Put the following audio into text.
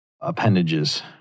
appendages